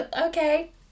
okay